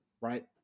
right